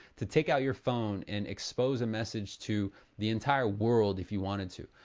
to take out your phone and expose a message to the entire world if you wanted to,